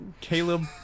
Caleb